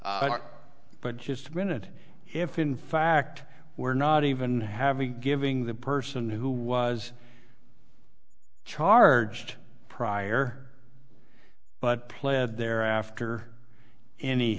just a minute if in fact we're not even having giving the person who was charged prior but pled thereafter any